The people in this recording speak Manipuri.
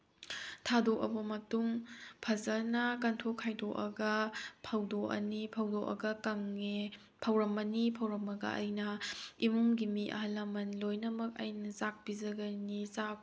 ꯊꯥꯗꯣꯛꯂꯕ ꯃꯇꯨꯡ ꯐꯖꯅ ꯀꯟꯊꯣꯛ ꯈꯥꯏꯗꯣꯛꯑꯒ ꯐꯧꯗꯣꯛꯑꯅꯤ ꯐꯧꯗꯣꯛꯑꯒ ꯀꯪꯉꯦ ꯐꯧꯔꯝꯃꯅꯤ ꯐꯧꯔꯝꯃꯒ ꯑꯩꯅ ꯏꯃꯨꯡꯒꯤ ꯃꯤ ꯑꯍꯜ ꯂꯃꯟ ꯂꯣꯏꯅꯃꯛ ꯑꯩꯅ ꯆꯥꯛ ꯄꯤꯖꯒꯅꯤ ꯆꯥꯛ